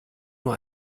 nur